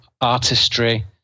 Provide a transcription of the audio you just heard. artistry